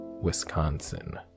Wisconsin